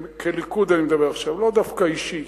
כליכוד, אני מדבר עכשיו, לא דווקא אישי,